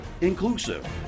inclusive